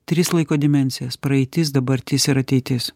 tris laiko dimensijas praeitis dabartis ir ateitis